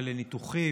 ולניתוחים,